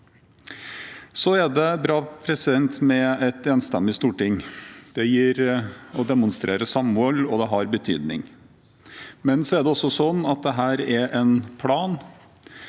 Det er bra med et enstemmig storting. Det gir og demonstrerer samhold, og det har betydning. Men det er også slik at dette er en plan.